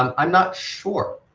um i'm not sure.